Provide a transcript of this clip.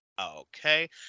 Okay